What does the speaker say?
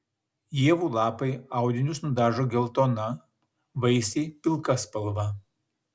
ievų lapai audinius nudažo geltona vaisiai pilka spalva